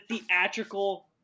theatrical